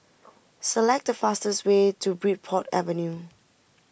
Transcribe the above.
select the fastest way to Bridport Avenue